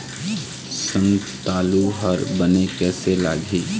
संतालु हर बने कैसे लागिही?